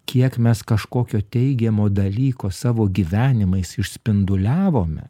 kiek mes kažkokio teigiamo dalyko savo gyvenimais išspinduliavome